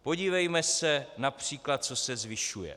Podívejme se například, co se zvyšuje.